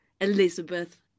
Elizabeth